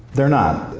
they're not.